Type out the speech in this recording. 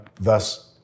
Thus